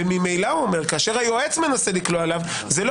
וממילא אומר: כאשר היועץ מנסה לקלוע עליו זה לא